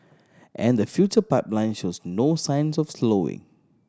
and the future pipeline shows no signs of slowing